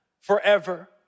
forever